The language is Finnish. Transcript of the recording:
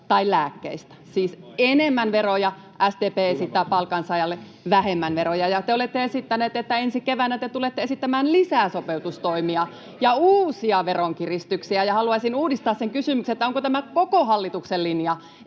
tai lääkkeistä — siis enemmän veroja. SDP esittää palkansaajalle vähemmän veroja. Te olette esittänyt, että ensi keväänä te tulette esittämään lisää sopeutustoimia ja uusia veronkiristyksiä. Haluaisin uudistaa sen kysymyksen, onko tämä koko hallituksen linja,